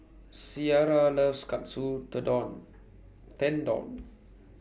Ciara loves Katsu Tendon